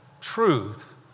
truth